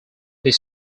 his